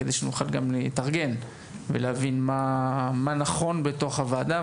כדי שנוכל להתארגן ולהבין מה נכון בתוך הוועדה.